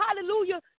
hallelujah